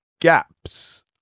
gaps